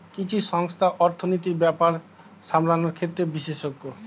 কিছু সংস্থা অর্থনীতির ব্যাপার সামলানোর ক্ষেত্রে বিশেষজ্ঞ